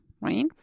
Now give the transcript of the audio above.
right